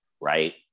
right